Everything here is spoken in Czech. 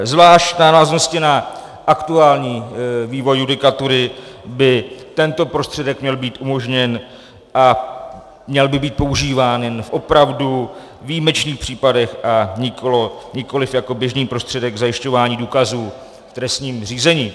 Zvlášť v návaznosti na aktuální vývoj judikatury by tento prostředek měl být umožněn a měl by být používán jen opravdu ve výjimečných případech, a nikoliv jako běžný prostředek zajišťování důkazů v trestním řízení.